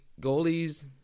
goalies